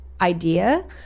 idea